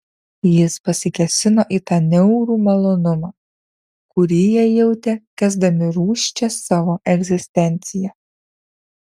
jis pasikėsino į tą niaurų malonumą kurį jie jautė kęsdami rūsčią savo egzistenciją